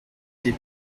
des